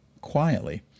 quietly